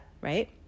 right